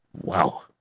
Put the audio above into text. Wow